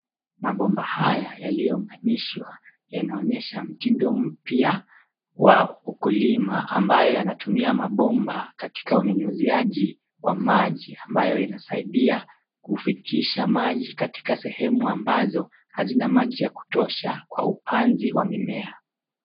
Mabomba haya yaliyounganishwa yanaonyesha mtindo mpya wa ukulima ambayo yanatumia mabomba katika unyunyiziaji wa maji ambayo inasaidia kufikisha maji katika sehemu ambazo hazina maji ya kutosha kwa upanzi wa mimea.